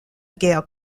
guerre